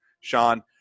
Sean